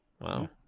Wow